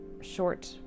short